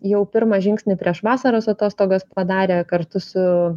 jau pirmą žingsnį prieš vasaros atostogas padarę kartu su